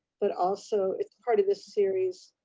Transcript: but also it's part of this series